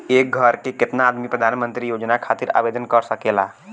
एक घर के केतना आदमी प्रधानमंत्री योजना खातिर आवेदन कर सकेला?